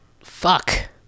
fuck